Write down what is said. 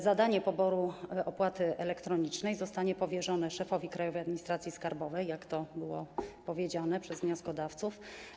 Zadanie poboru opłaty elektronicznej zostanie powierzone szefowi Krajowej Administracji Skarbowej, tak jak to było powiedziane przez wnioskodawców.